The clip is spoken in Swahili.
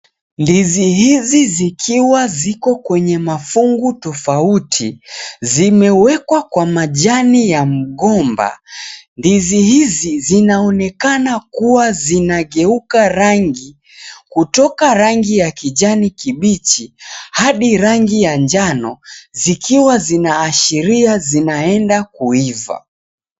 Ndizi hizi zikiwa ziko kwenye mafungu tofauti. Zimewekwa kwa majani ya mgomba. Ndizi hizi zinaonekana kuwa zinageuka rangi. Kutoka rangi ya kijani kibichi ,hadi rangi ya njano. Zikiwa zinaashiria zinaenda kuiva.